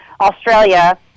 Australia